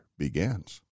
begins